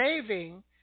saving